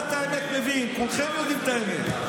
אתה מבין את האמת.